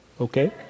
Okay